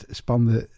spande